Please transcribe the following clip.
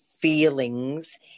feelings